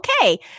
okay